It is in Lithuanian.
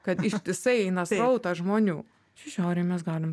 kad ištisai eina srautas žmonių čia šaiurėj mes galim